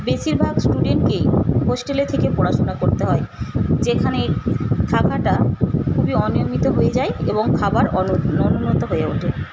বেশিরভাগ স্টুডেন্টকেই হোস্টেলে থেকে পড়াশোনা করতে হয় যেখানে থাকাটা খুবই অনিয়মিত হয়ে যায় এবং খাবার অনুন্নত হয়ে ওঠে